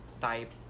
type